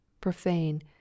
profane